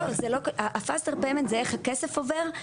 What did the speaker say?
לא, ה-faster payment זה איך הכסף עובר.